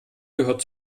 gehört